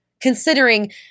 considering